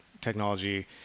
technology